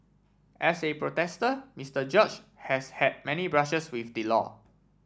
as a protester Mister George has had many brushes with the law